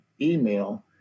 email